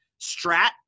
strat